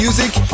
Music